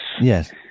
Yes